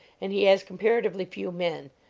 and he has comparatively few men.